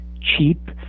cheap